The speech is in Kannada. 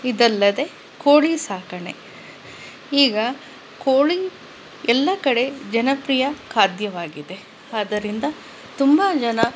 ಇದಲ್ಲದೆ ಕೋಳಿ ಸಾಕಣೆ ಈಗ ಕೋಳಿ ಎಲ್ಲ ಕಡೆ ಜನಪ್ರಿಯ ಖಾದ್ಯವಾಗಿದೆ ಆದ್ದರಿಂದ ತುಂಬ ಜನ